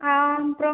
ஆ அப்புறம்